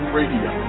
radio